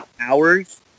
hours